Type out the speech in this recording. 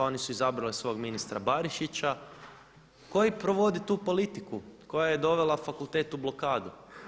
Oni su izabrali svog ministra Barišića koji provodi tu politiku koja je dovela fakultet u blokadu.